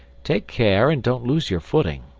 take care, and don't lose your footing.